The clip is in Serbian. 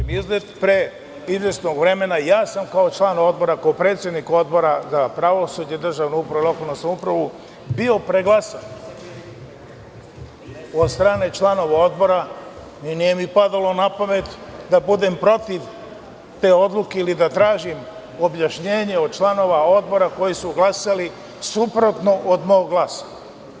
Pre izvesnog vremena ja sam kao član odbora, kao predsednik Odbora za pravosuđe, državnu upravu i lokalnu samoupravu, bio preglasan od strane članova Odbora i nije mi padalo na pamet da budem protiv te odluke, ili da tražim objašnjenje od članova Odbora koji su glasali suprotno od mog glasa.